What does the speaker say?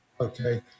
Okay